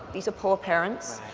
these are poor parents,